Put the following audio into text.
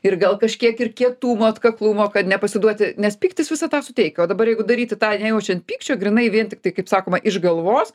ir gal kažkiek ir kietumo atkaklumo kad nepasiduoti nes pyktis visą tą suteikia o dabar jeigu daryti tą nejaučiant pykčio grynai vien tiktai kaip sakoma iš galvos